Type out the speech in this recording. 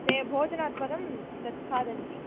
ते भोजनात् परं तत् खादन्ति